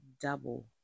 double